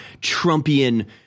Trumpian